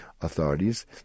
authorities